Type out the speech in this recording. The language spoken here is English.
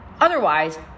otherwise